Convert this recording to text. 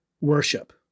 worship